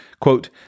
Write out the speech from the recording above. Quote